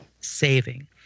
saving